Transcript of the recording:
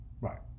Right